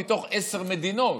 מתוך עשר מדינות.